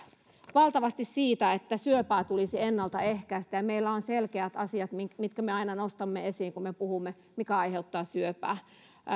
valtavasti siitä että syöpää tulisi ennalta ehkäistä ja meillä on selkeät asiat mitkä me aina nostamme esiin kun me puhumme mikä aiheuttaa syöpää